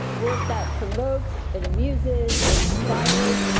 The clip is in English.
work that provokes, it amuses, it inspires,